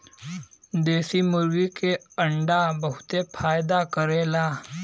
देशी मुर्गी के अंडा बहुते फायदा करेला